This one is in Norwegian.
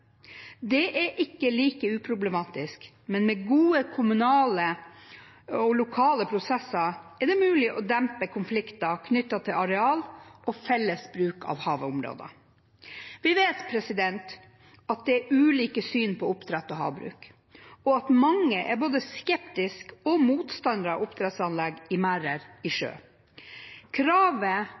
Det er ikke like uproblematisk, men med gode kommunale og lokale prosesser er det mulig å dempe konflikter knyttet til areal og felles bruk av havområder. Vi vet at det er ulike syn på oppdrett og havbruk, og at mange er både skeptiske til og motstandere av oppdrettsanlegg i merder i sjø. Kravet